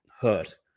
hurt